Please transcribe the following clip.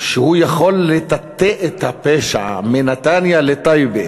שהוא יכול לטאטא את הפשע מנתניה לטייבה